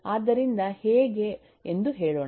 ಆದ್ದರಿಂದ ಹೇಗೆ ಎಂದು ಹೇಳೋಣ